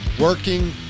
working